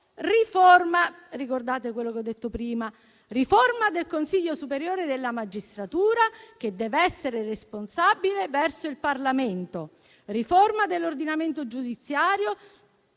riforma del Consiglio superiore della magistratura, che dev'essere responsabile verso il Parlamento, la riforma dell'ordinamento giudiziario,